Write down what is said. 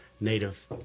Native